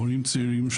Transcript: מורים צעירים,